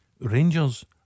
Rangers